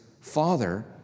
father